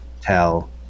tell